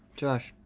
josh.